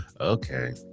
Okay